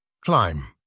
Climb